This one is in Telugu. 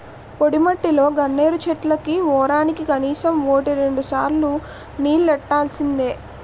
పొడిమట్టిలో గన్నేరు చెట్లకి వోరానికి కనీసం వోటి రెండుసార్లు నీల్లెట్టాల్సిందే